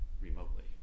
remotely